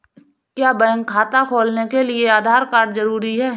क्या बैंक खाता खोलने के लिए आधार कार्ड जरूरी है?